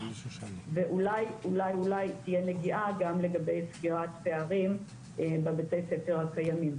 ואולי אולי תהיה נגיעה גם לגבי סגירת פערים בבתי ספר הקיימים.